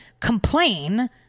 complain